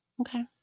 okay